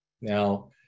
Now